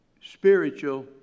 spiritual